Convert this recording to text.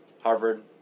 Harvard